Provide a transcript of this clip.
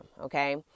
Okay